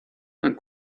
and